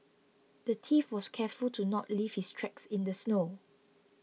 the thief was careful to not leave his tracks in the snow